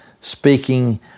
speaking